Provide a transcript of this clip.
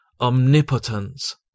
Omnipotence